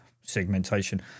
segmentation